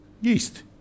yeast